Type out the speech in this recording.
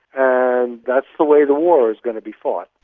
and that's the way the war is going to be fought.